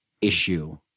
issue